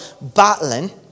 battling